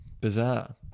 Bizarre